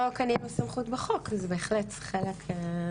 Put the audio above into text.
לא קנינו סמכות בחוק, אבל זה בהחלט חלק.